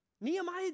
Nehemiah